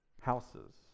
houses